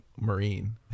Marine